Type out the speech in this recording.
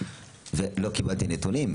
ולא קיבלתי נתונים.